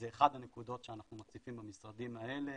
זו אחת הנקודות שאנחנו מציפים במשרדים האלה